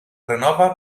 renova